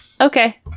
Okay